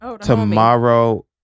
tomorrow